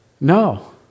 no